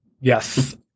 yes